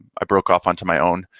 i broke off onto my own